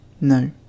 No